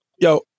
Yo